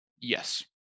Yes